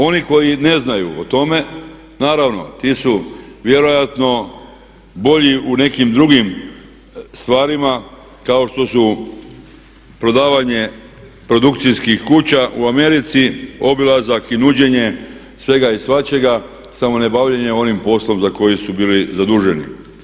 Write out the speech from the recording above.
Oni koji ne znaju o tome, naravno ti su vjerojatno bolji u nekim drugim stvarima kao što su prodavanje produkcijskih kuća u Americi, obilazak i nuđenje svega i svačega samo ne bavljenje onim poslom za koji su bili zaduženi.